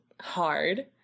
hard